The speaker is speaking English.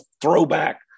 throwback